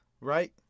right